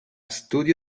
studio